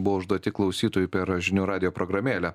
buvo užduoti klausytojų per žinių radijo programėlę